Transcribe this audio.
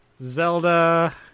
Zelda